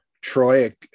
troy